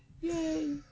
Yay